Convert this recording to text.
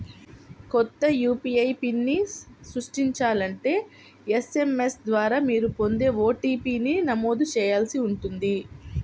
కొత్త యూ.పీ.ఐ పిన్ని సృష్టించాలంటే ఎస్.ఎం.ఎస్ ద్వారా మీరు పొందే ఓ.టీ.పీ ని నమోదు చేయాల్సి ఉంటుంది